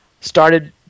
started